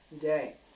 day